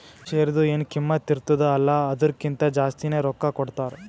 ಶೇರ್ದು ಎನ್ ಕಿಮ್ಮತ್ ಇರ್ತುದ ಅಲ್ಲಾ ಅದುರ್ಕಿಂತಾ ಜಾಸ್ತಿನೆ ರೊಕ್ಕಾ ಕೊಡ್ತಾರ್